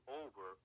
over